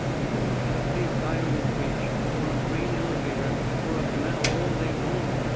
you can look at a big iron bridge or a grain elevator or a canal all day long,